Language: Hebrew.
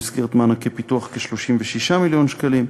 במסגרת מענקי פיתוח, כ-36 מיליון שקלים,